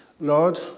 Lord